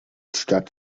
stadt